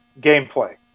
gameplay